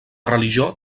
religió